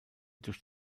durch